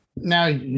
Now